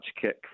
kick